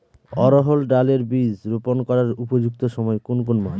অড়হড় ডাল এর বীজ রোপন করার উপযুক্ত সময় কোন কোন মাস?